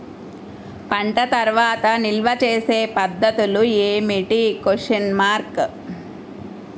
పంట తర్వాత నిల్వ చేసే పద్ధతులు ఏమిటి?